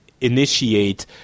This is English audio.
initiate